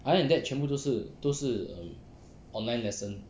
other than that 全部都是都是 um online lesson